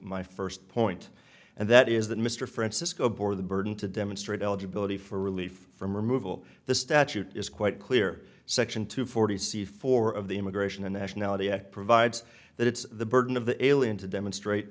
my first point and that is that mr francisco bore the burden to demonstrate eligibility for relief from removal the statute is quite clear section two forty c four of the immigration and nationality act provides that it's the burden of the alien to demonstrate